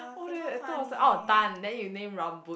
oh that I thought I was like oh Tan then you name Rambut